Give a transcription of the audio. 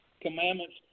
Commandments